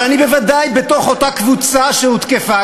אבל אני בוודאי בתוך אותה קבוצה שהותקפה.